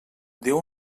déu